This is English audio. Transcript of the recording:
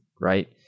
right